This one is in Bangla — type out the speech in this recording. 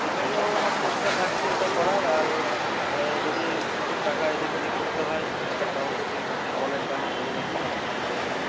ঠিক আছে ও আমার চেষ্টা থাকছে ওটা করার আর যদি কিছু টাকা এদিক ওদিক করতে হয় তাহলে তাও যদি আপনি বলেন তাহলে করবো একটু দাম কম করে দেবো